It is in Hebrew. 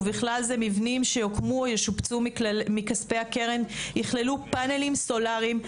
ובכלל זה מבנים שיוקמו או ישופצו מכספי הקרן יכללו פאנלים סולריים.